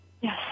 Yes